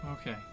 Okay